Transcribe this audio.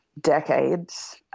decades